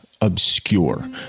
Obscure